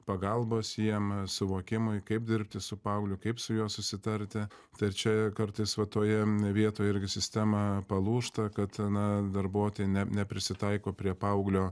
pagalbos jiem suvokimui kaip dirbti su paaugliu kaip su juo susitarti tai čia kartais va toje vietoje irgi sistema palūžta kad na darbuotojai ne neprisitaiko prie paauglio